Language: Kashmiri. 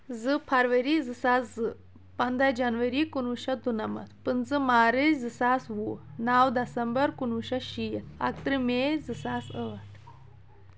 زٕ فرؤری زٕ ساس زٕ پنٛداہ جنؤری کُنوُہ شَتھ دُنَمَتھ پٕنٛژٕ مارٕچ زٕ ساس وُہ نو دسمبر کُنوُہ شَتھ شیٖتھ اَکترٕہ مے زٕ ساس ٲٹھ